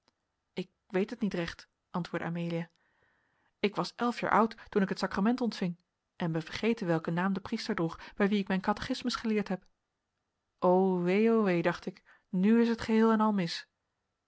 ik weet het niet recht antwoordde amelia ik was elf jaar oud toen ik het sacrament ontving en ben vergeten welken naam de priester droeg bij wien ik mijn cathechismus geleerd heb o wee o wee dacht ik nu is het geheel en al mis